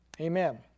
Amen